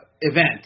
event